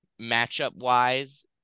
matchup-wise